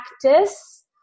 Practice